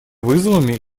вызовами